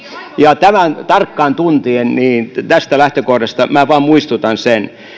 niin tämän tarkkaan tuntien tästä lähtökohdasta minä vain muistutan